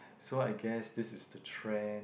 so I guess this is the trend